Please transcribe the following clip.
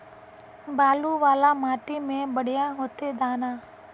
बालू वाला माटी में बढ़िया होते दाना?